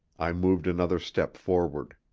i moved another step forward.